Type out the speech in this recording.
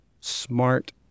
Smart